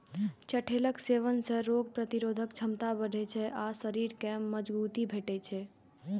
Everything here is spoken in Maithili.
चठैलक सेवन सं रोग प्रतिरोधक क्षमता बढ़ै छै आ शरीर कें मजगूती भेटै छै